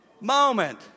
moment